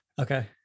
Okay